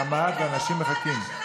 פה כל הנשים זה עדר.